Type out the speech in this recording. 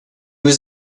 was